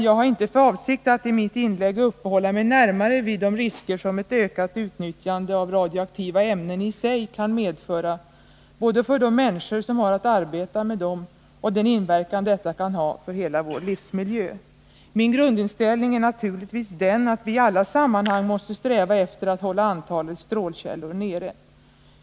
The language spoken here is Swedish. Jag har inte för avsikt att i mitt inlägg uppehålla mig närmare vid de risker som ett ökat utnyttjande av radioaktiva ämnen i sig kan medföra för de människor som har att arbeta med dessa och den inverkan detta kan ha för hela vår livsmiljö. Min grundinställning är naturligtvis den att vi i alla sammanhang måste sträva efter att hålla antalet strålkällor nere.